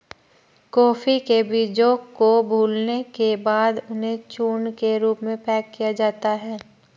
coffee के बीजों को भूलने के बाद उन्हें चूर्ण के रूप में पैक किया जाता है